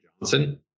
Johnson